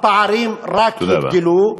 הפערים רק יגדלו.